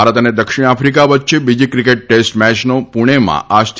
ભારત અને દક્ષિણ આફ્રિકા વચ્ચે બીજી ક્રિકેટ ટેસ્ટ મેચનો પુણેમાં આજથી